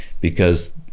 Because-